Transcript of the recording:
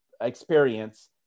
experience